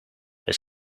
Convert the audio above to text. het